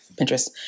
Pinterest